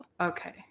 Okay